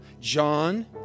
John